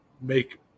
make –